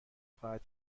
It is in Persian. خواهد